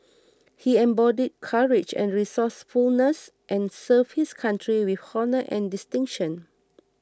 he embodied courage and resourcefulness and served his country with honour and distinction